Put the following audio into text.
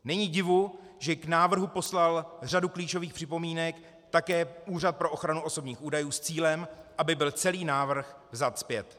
Není divu, že k návrhu poslal řadu klíčových připomínek také Úřad pro ochranu osobních údajů s cílem, aby byl celý návrh vzat zpět.